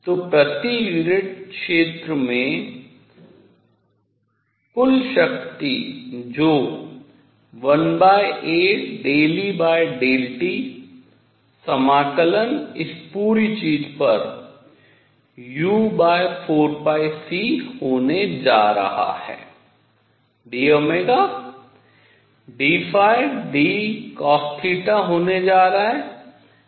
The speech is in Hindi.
तो प्रति यूनिट क्षेत्र में कुल शक्ति जो 1aEt समाकलन इस पूरी चीज़ पर u4c होने जा रहा है d dϕdcosθ होने जा रहा है